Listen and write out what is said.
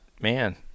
man